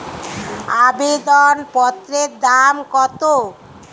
আবেদন পত্রের দাম কত?